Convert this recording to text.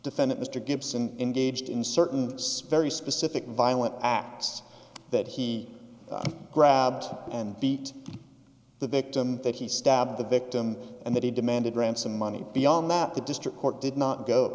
defendant mr gibson engaged in certain this very specific violent acts that he grabbed and beat the victim that he stabbed the victim and that he demanded ransom money beyond that the district court did not go